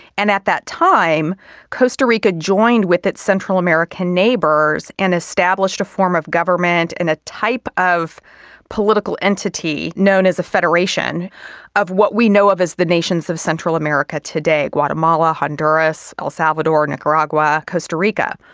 and at that time costa rica joined with its central american neighbours and established a form of government and a type of political entity known as a federation of what we know of as the nations of central america today guatemala, honduras, el salvador, nicaragua, costa rica.